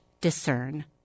discern